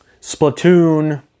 Splatoon